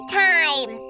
time